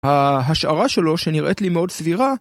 ההשערה שלו, שנראית לי מאוד סבירה